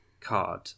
card